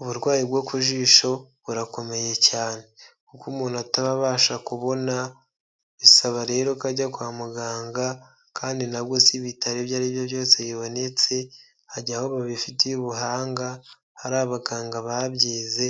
Uburwayi bwo ku jisho burakomeye cyane, kuko umuntu ataba abasha kubona, bisaba rero ko ajya kwa muganga, kandi nabwo si ibitaro ibyo ari byo byose bibonetse, ajya aho babifitiye ubuhanga hari abaganga babyize